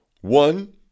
One